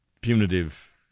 punitive